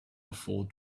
before